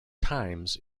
times